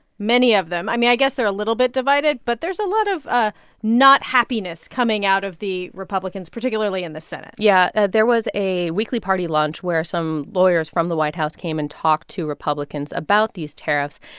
many of them i mean, i guess they're a little bit divided. but there's a lot of ah not happiness coming out of the republicans, particularly in the senate yeah, there was a weekly party lunch where some lawyers from the white house came and talked to republicans about these tariffs.